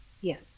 Yes